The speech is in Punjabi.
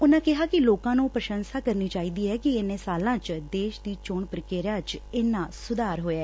ਉਨੂਾ ਕਿਹਾ ਕਿ ਲੋਕਾਂ ਨੂੰ ਪ੍ਰਸ਼ੰਸਾ ਕਰਨੀ ਚਾਹੀਦੀ ਏ ਕਿ ਇੰਨੇ ਸਾਲਾਂ ਚ ਦੇਸ਼ ਦੀ ਚੋਣ ਪ੍ਰੀਕ੍ਿਆ ਚ ਇੰਨਾ ਸੁਧਾਰ ਹੋਇਆ